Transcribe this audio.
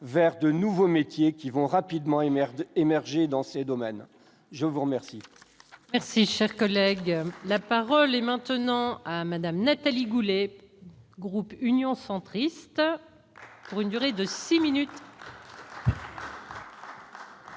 vers de nouveaux métiers qui vont rapidement et maire d'énergie dans ces domaines, je vous remercie. Merci, cher collègue, la parole est maintenant à madame Nathalie Goulet groupe Union centriste pour une durée de 6 minutes.